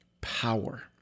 power